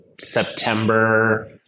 September